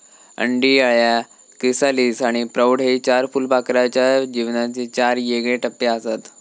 अंडी, अळ्या, क्रिसालिस आणि प्रौढ हे चार फुलपाखराच्या जीवनाचे चार येगळे टप्पेआसत